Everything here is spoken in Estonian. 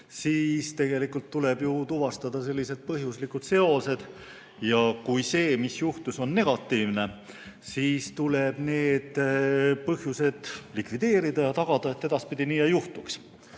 siis tegelikult tuleb tuvastada põhjuslikud seosed, ja kui see, mis juhtus, on negatiivne, siis tuleb need põhjused likvideerida ja tagada, et edaspidi nii ei juhtuks. Aga